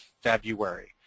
February